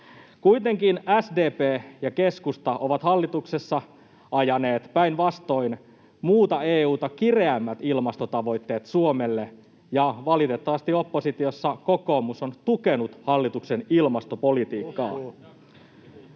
Kuitenkin SDP ja keskusta ovat hallituksessa ajaneet päinvastoin muuta EU:ta kireämmät ilmastotavoitteet Suomelle, ja valitettavasti oppositiossa kokoomus on tukenut hallituksen ilmastopolitiikkaa.